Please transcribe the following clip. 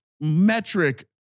metric